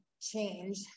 change